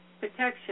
protection